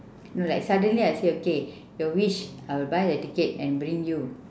no like suddenly I say okay your wish I'll buy you a ticket and bring you